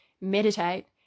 meditate